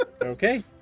Okay